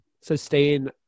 sustain